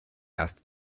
erst